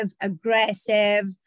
aggressive